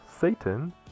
Satan